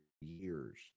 years